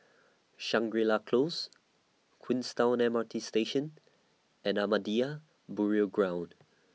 Shangri La Close Queenstown M R T Station and Ahmadiyya Burial Ground